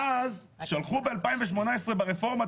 שלחו ב-2018 ברפורמה,